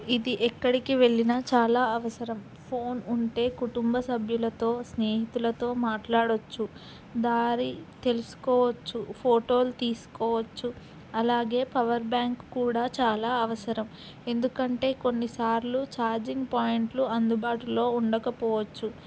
ఇది ఎక్కడికి వెళ్ళినా చాలా అవసరం ఫోన్ ఉంటే కుటుంబ సభ్యులతో స్నేహితులతో మాట్లాడొచ్చు దారి తెలుసుకోవచ్చు ఫోటోలు తీసుకోవచ్చు అలాగే పవర్ బ్యాంక్ కూడా చాలా అవసరం ఎందుకంటే కొన్నిసార్లు ఛార్జింగ్ పాయింట్లు అందుబాటులో ఉండకపోవచ్చు